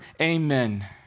amen